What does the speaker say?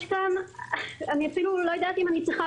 יש כאן אני אפילו לא יודעת אם אני צריכה